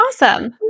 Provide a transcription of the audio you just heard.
Awesome